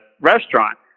restaurant